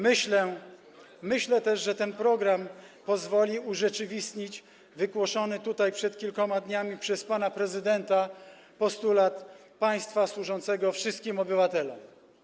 Myślę też, że ten program pozwoli urzeczywistnić wygłoszony tutaj przed kilkoma dniami przez pana prezydenta postulat państwa służącego wszystkim obywatelom.